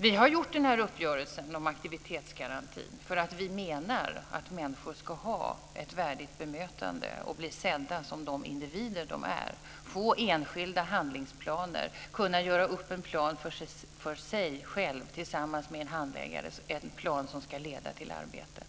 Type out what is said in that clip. Vi har gjort den här uppgörelsen om aktivitetsgarantin därför att vi menar att människor ska få ett värdigt bemötande och bli sedda som de individer de är, få enskilda handlingsplaner, tillsammans med en handläggare kunna göra upp en plan för sig själva som ska leda till arbete.